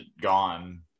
gone